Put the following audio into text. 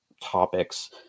topics